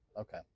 Okay